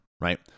right